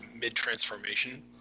mid-transformation